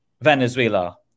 Venezuela